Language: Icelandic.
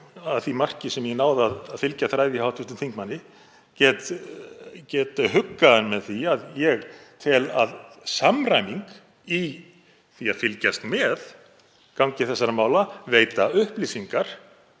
að því marki sem ég náði að fylgja þræði hjá hv. þingmanni, get huggað hann með því að ég tel að samræming í því að fylgjast með gangi þessara mála og veita upplýsingar